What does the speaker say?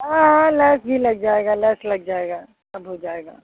हाँ हाँ लैस भी जाएगा लैस लग जाएगा सब हो जाएगा